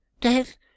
Death